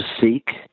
seek